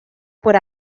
por